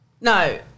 No